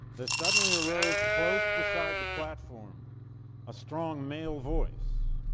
there suddenly arose close beside the platform a strong male voice,